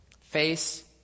face